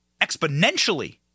exponentially